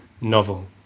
Novel